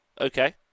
Okay